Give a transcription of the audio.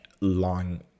long